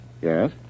Yes